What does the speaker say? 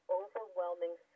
overwhelming